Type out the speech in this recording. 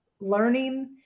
learning